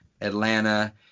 Atlanta